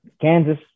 Kansas